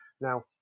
Now